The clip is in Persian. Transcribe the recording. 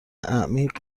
عمیق